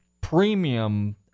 premium